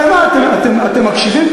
הרי מה, אתם מקשיבים?